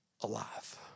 alive